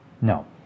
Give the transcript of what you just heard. no